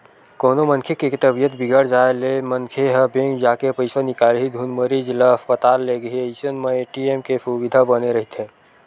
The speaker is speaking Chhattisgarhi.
कोनो मनखे के तबीयत बिगड़ जाय ले मनखे ह बेंक जाके पइसा निकालही धुन मरीज ल अस्पताल लेगही अइसन म ए.टी.एम के सुबिधा बने रहिथे